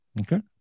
Okay